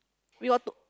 we got two